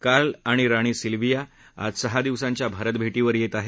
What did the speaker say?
Carl आणि राणी Silvia आज सहा दिवसांच्या भारताच्या भेटीवर येत आहेत